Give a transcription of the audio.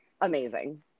amazing